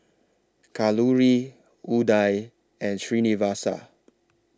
Kalluri Udai and Srinivasa